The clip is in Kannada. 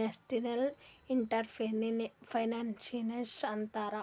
ನಸ್ಕೆಂಟ್ಇಂಟರಪ್ರೆನರ್ಶಿಪ್ ಅಂತಾರ್